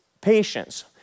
patience